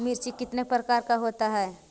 मिर्ची कितने प्रकार का होता है?